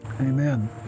Amen